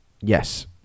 Yes